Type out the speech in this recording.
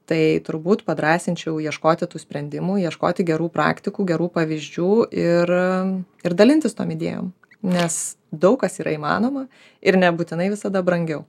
tai turbūt padrąsinčiau ieškoti tų sprendimų ieškoti gerų praktikų gerų pavyzdžių ir ir dalintis tom idėjom nes daug kas yra įmanoma ir nebūtinai visada brangiau